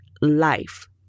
life